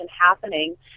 happening